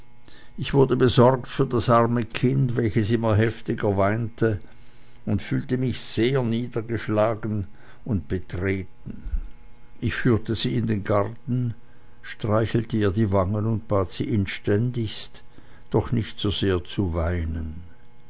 ich wurde besorgt für das arme kind welches immer heftiger weinte und fühlte mich sehr niedergeschlagen und betreten ich führte sie in den garten streichelte ihr die wangen und bat sie inständigst doch nicht so sehr zu weinen